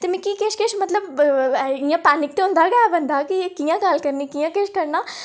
मिगी किश किश मतलब इ'यां पैनिक ते होंदा गै बंदा कि कि'यां गल्ल करनी कि'यां किश करना